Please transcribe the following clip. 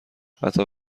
حتی